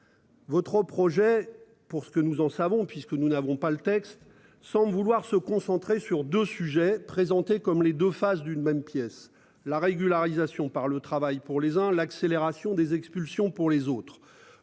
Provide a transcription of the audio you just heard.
Votre projet pour ce que nous en savons puisque nous n'avons pas le texte sans vouloir se concentrer sur 2 sujets présentés comme les 2 faces d'une même pièce, la régularisation par le travail pour les uns l'accélération des expulsions pour les autres,